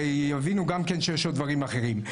שיבינו גם כן שיש עוד דברים אחרים.